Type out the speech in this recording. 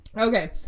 Okay